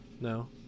no